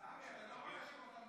תתרגם לנו.